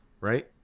right